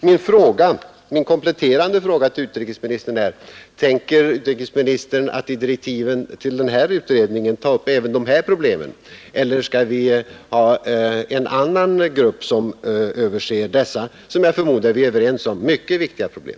Min kompletterande fråga till utrikesministern är: Tänker utrikesministern i direktiven till den här utredningen ta upp även dessa problem eller skall vi ha en annan grupp som undersöker dessa — det förmodar jag vi är överens om — mycket viktiga problem?